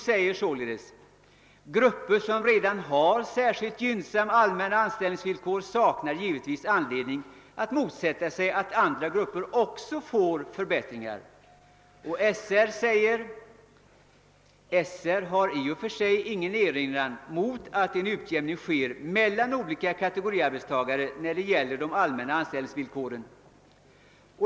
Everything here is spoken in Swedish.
TCO framhåller: >Grupper som redan har särskilt gynnsamma «allmänna «<anställningsvillkor saknar givetvis anledning att motsätta sig att andra grupper också får förbättringar.> Och SR säger att »SR har i och för sig ingen erinran mot att en utjämning sker mellan olika kategoriarbetstagare när det gäller de allmänna anställningsvillkoren«».